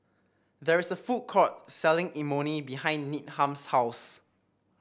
there is a food court selling Imoni behind Needham's house